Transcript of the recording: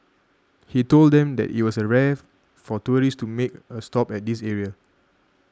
he told them that it was rare for tourists to make a stop at this area